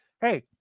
hey